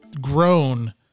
grown